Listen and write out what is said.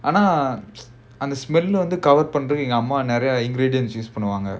ah nah ஆனா அந்த:aanaa andha smell வந்து எங்க அம்மா நிறைய:vandhu enga amma niraiya ingredients use பண்ணுவாங்க:pannuvaanga